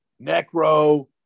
Necro